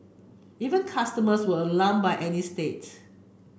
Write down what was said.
even customers were alarmed by Annie states